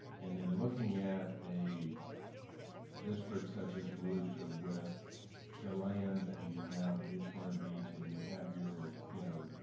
and then looking at a district such as volusia with deland and you have new smyrna beach and you have your, you know,